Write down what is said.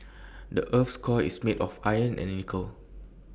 the Earth's core is made of iron and nickel